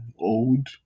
old